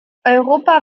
europa